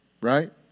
Right